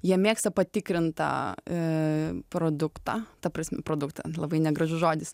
jie mėgsta patikrintą produktą ta prasme produktą labai negražus žodis